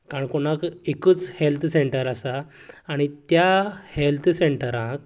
काणकोणांत एकच health centre आसा आनी त्या हेल्थ सेंन्टरांत